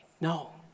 no